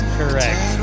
correct